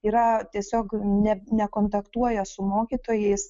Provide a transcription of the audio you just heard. yra tiesiog ne nekontaktuoja su mokytojais